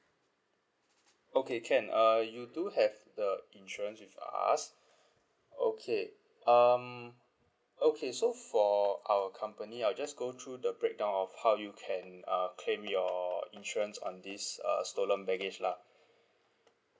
okay can uh you do have the insurance with us okay um okay so for our company I'll just go through the breakdown of how you can uh claim your insurance on this uh stolen baggage lah